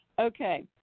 Okay